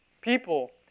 people